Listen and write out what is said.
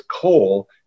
coal